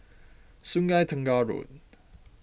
Sungei Tengah Road